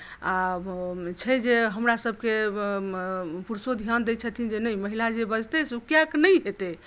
आब छै जे हमरासबकेँ पुरुषो ध्यान दैत छथिन जे नहि महिला जे बजतै से ओ किएक नहि हेतै